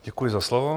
Děkuji za slovo.